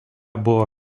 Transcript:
buvo